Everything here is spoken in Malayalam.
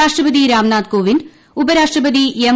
രാഷ്ട്രപതി രാംനാഥ് കോവിന്ദ് ഉപരാഷ്ട്രപതി എം